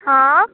हँ